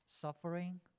suffering